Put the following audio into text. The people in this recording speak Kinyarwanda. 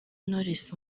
knowless